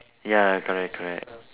ya correct correct